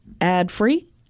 ad-free